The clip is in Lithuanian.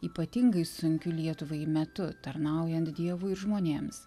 ypatingai sunkiu lietuvai metu tarnaujant dievui ir žmonėms